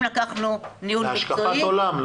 אם לקחנו ניהול מקצועי --- זה השקפת עולם,